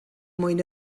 mwyn